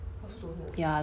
I also don't know eh